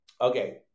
Okay